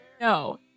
No